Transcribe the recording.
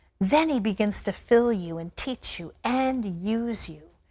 then he begins to fill you and teach you and use you,